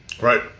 Right